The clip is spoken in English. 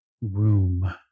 room